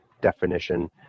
definition